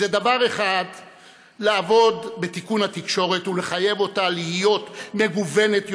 זה דבר אחד לעבוד בתיקון התקשורת ולחייב אותה להיות מגוונת יותר,